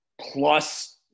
plus